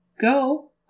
Go